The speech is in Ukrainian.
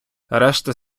решта